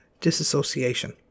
disassociation